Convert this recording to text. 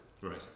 right